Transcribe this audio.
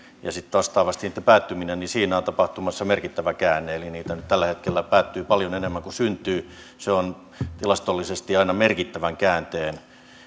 ja sitten vastaavasti niitten päättymisessä on tapahtumassa merkittävä käänne eli niitä nyt tällä hetkellä päättyy paljon enemmän kuin syntyy se on tilastollisesti aina merkittävän käänteen